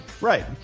right